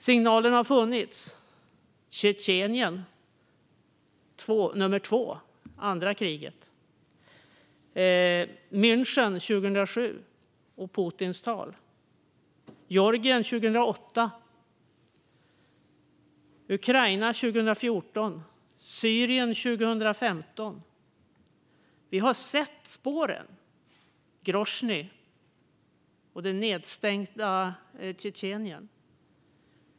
Signaler har funnits - det andra kriget i Tjetjenien, Putins tal i München 2007, Georgien 2008, Ukraina 2014, Syrien 2015. Vi har sett spåren - Groznyj och det nedstängda Tjetjenien.